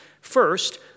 First